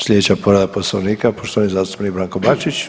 Slijedeća povreda Poslovnika poštovani zastupnik Branko Bačić.